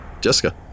Jessica